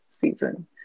season